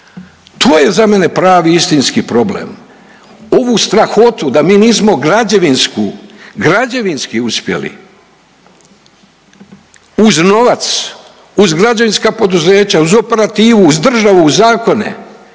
To je za mene pravi istinski problem. Ovu strahotu da mi nismo građevinsku, građevinski uspjeli uz novac, uz građevinska poduzeća, uz operativu, uz državu, uz zakone,